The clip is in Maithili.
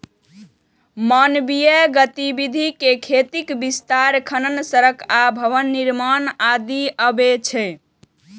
मानवीय गतिविधि मे खेतीक विस्तार, खनन, सड़क आ भवन निर्माण आदि अबै छै